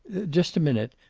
just a minute.